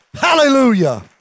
Hallelujah